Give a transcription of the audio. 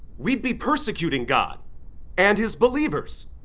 we'd be persecuting god and his believers!